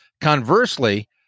Conversely